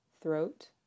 throat